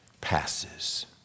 passes